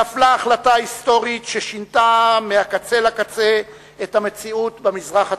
נפלה החלטה היסטורית ששינתה מקצה לקצה את המציאות במזרח התיכון,